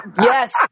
Yes